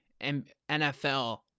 NFL